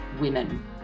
women